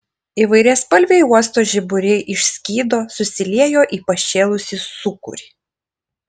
įvairiaspalviai uosto žiburiai išskydo susiliejo į pašėlusį sūkurį